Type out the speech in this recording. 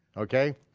okay?